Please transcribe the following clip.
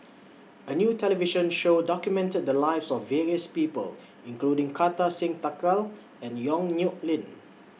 A New television Show documented The Lives of various People including Kartar Singh Thakral and Yong Nyuk Lin